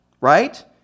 right